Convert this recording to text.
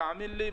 תאמין לי,